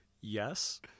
yes